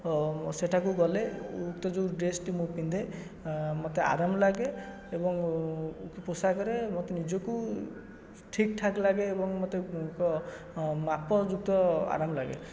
ସେଠାକୁ ଗଲେ ଉକ୍ତ ଯେଉଁ ଡ୍ରେସ୍ଟି ମୁଁ ପିନ୍ଧେ ମୋତେ ଆରମ୍ ଲାଗେ ଏବଂ ପୋଷାକରେ ମୋତେ ନିଜକୁ ଠିକ୍ ଠାକ୍ ଲାଗେ ଏବଂ ମୋତେ ଏକ ମାପ ଯୁକ୍ତ ଆରାମ ଲାଗେ